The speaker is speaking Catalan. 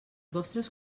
vostres